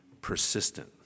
persistent